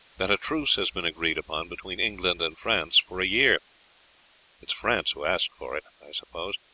that a truce has been agreed upon between england and france for a year it is france who asked for it, i suppose.